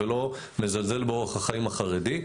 ולא מזלזל באורח החיים החרדי,